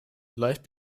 leicht